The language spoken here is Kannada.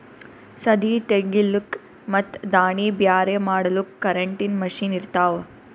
ಸದೀ ತೆಗಿಲುಕ್ ಮತ್ ದಾಣಿ ಬ್ಯಾರೆ ಮಾಡಲುಕ್ ಕರೆಂಟಿನ ಮಷೀನ್ ಇರ್ತಾವ